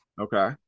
Okay